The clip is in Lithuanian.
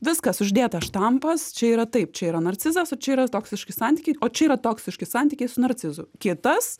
viskas uždėtas štampas čia yra taip čia yra narcizas o čia yra toksiški santykiai o čia yra toksiški santykiai su narcizu kitas